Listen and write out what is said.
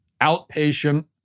outpatient